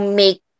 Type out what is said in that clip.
make